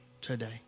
today